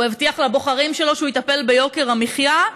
הוא הבטיח לבוחרים שלו שהוא יטפל ביוקר המחיה,